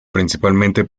principalmente